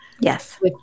Yes